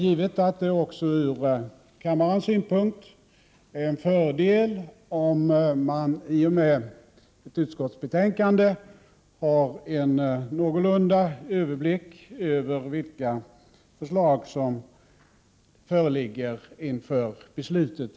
Även ur kammarens synpunkt är det till fördel om, när ett utskottsbetänkande har lagts fram, det finns en någorlunda överblick över vilka förslag som föreligger inför beslutet.